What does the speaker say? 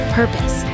purpose